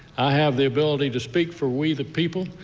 i have the ability to speak for we the people.